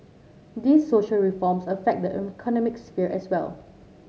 these social reforms affect the economic sphere as well